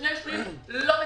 ושני שליש לא מקבלים.